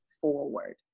forward